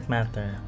Matter